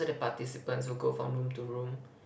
so the participants will go from room to room